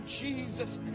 Jesus